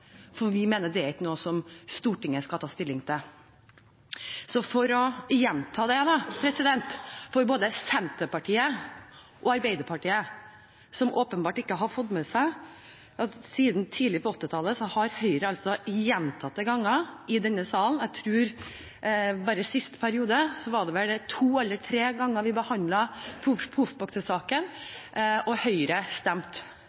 fordi vi mener at det ikke er noe Stortinget skal ta stilling til. For å gjenta det for både Senterpartiet og Arbeiderpartiet, som åpenbart ikke har fått det med seg: Siden tidlig på 1980-tallet har Høyre gjentatte ganger i denne sal – bare i siste periode behandlet vi vel proffboksesaken to eller tre ganger – stemt